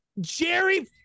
jerry